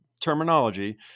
terminology